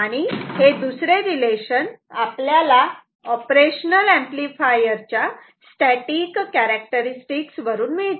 आणि हे दुसरे रिलेशन आपल्याला ऑपरेशनल ऍम्प्लिफायर च्या स्टॅटिक कॅरेक्टरस्टिक्स वरून मिळते